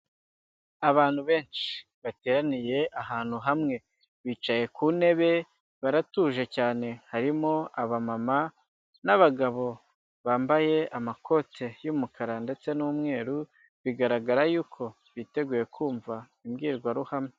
Abantu benshi, bateraniye ahantu hamwe. Bicaye ku ntebe, baratuje cyane; harimo aba mama n'abagabo, bambaye amakoti y'umukara ndetse n'umweru, bigaragara yuko biteguye kumva imbwirwaruhame.